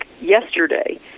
yesterday